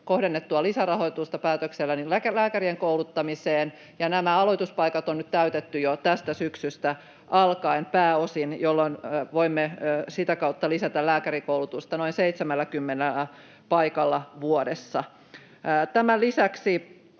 kohdennettua lisärahoitusta lääkärien kouluttamiseen. Nämä aloituspaikat on nyt pääosin täytetty jo tästä syksystä alkaen, jolloin voimme sitä kautta lisätä lääkärikoulutusta noin 70 paikalla vuodessa. Tämän lisäksi